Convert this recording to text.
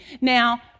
Now